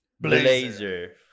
blazer